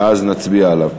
ואז נצביע עליו.